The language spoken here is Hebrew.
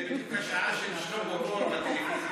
זה בדיוק השעה של שלמה קור בטלוויזיה.